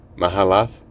Mahalath